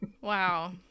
Wow